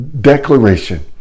declaration